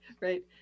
right